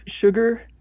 sugar